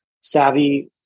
savvy